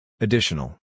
Additional